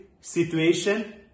situation